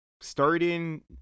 starting